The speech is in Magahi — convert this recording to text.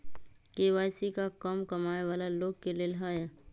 के.वाई.सी का कम कमाये वाला लोग के लेल है?